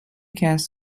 cast